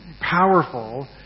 powerful